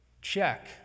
check